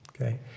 okay